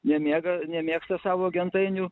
jie miega nemėgsta savo gentainių